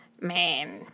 Man